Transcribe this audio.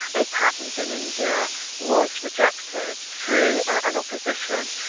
a patent in india was rejected through an opposition,